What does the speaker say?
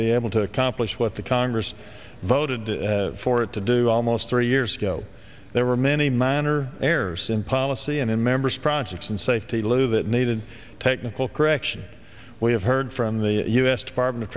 be able to accomplish what the congress voted for it to do almost three years ago there were many minor errors in policy and in members projects and safety lou that needed technical correction we have heard from the u s department of